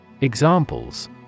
Examples